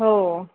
हो